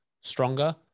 stronger